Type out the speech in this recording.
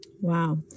Wow